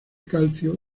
calcio